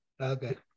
Okay